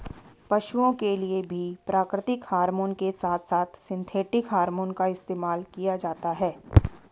पशुओं के लिए भी प्राकृतिक हॉरमोन के साथ साथ सिंथेटिक हॉरमोन का इस्तेमाल किया जाता है